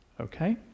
Okay